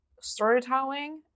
storytelling